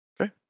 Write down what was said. Okay